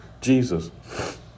Jesus